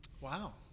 Wow